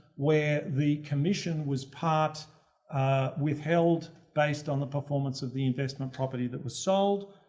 where the commission was part with held based on the performance of the investment property that was sold.